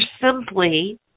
simply